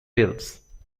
bills